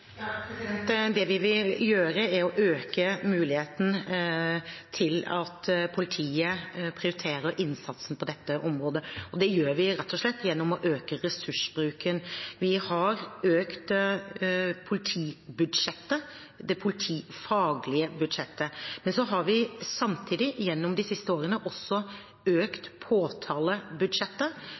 Det vi vil gjøre, er å øke muligheten til at politiet prioriterer innsatsen på dette området. Det gjør vi rett og slett gjennom å øke ressursbruken. Vi har økt politibudsjettet – det politifaglige budsjettet. Så har vi samtidig, gjennom de siste årene, også økt påtalebudsjettet.